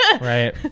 Right